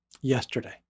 yesterday